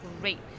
great